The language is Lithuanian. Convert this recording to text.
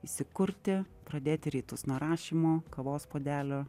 įsikurti pradėti rytus nuo rašymo kavos puodelio